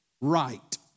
right